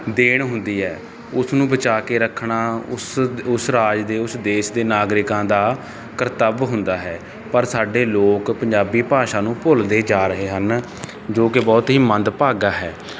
ਦੇਣ ਹੁੰਦੀ ਹੈ ਉਸ ਨੂੰ ਬਚਾ ਕੇ ਰੱਖਣਾ ਉਸ ਦ ਉਸ ਰਾਜ ਦੇ ਉਸ ਦੇਸ਼ ਦੇ ਨਾਗਰਿਕਾਂ ਦਾ ਕਰਤੱਵ ਹੁੰਦਾ ਹੈ ਪਰ ਸਾਡੇ ਲੋਕ ਪੰਜਾਬੀ ਭਾਸ਼ਾ ਨੂੰ ਭੁੱਲਦੇ ਜਾ ਰਹੇ ਹਨ ਜੋ ਕਿ ਬਹੁਤ ਹੀ ਮੰਦਭਾਗਾ ਹੈ